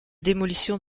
démolition